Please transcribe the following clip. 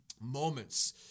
moments